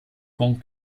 con